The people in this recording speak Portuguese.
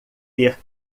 ter